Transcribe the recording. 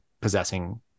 possessing